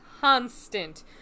Constant